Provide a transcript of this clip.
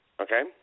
Okay